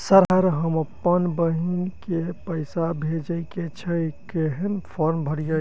Sir हम अप्पन बहिन केँ पैसा भेजय केँ छै कहैन फार्म भरीय?